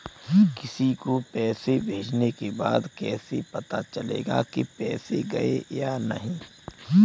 किसी को पैसे भेजने के बाद कैसे पता चलेगा कि पैसे गए या नहीं?